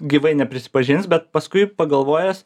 gyvai neprisipažins bet paskui pagalvojęs